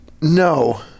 No